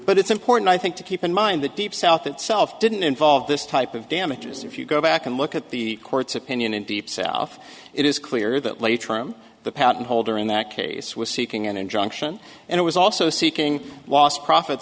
but it's important i think to keep in mind the deep south itself didn't involve this type of damages if you go back and look at the court's opinion in deep south it is clear that late term the patent holder in that case was seeking an injunction and it was also seeking lost profit